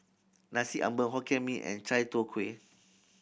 Nasi Ambeng Hokkien Mee and chai tow kway